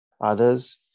Others